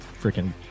freaking